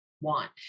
want